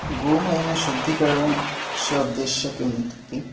गोमयशुद्धीकरणस्य उद्देश्यं किम् इत्युक्ते